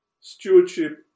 Stewardship